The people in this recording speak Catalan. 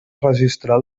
registrar